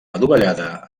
adovellada